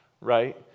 right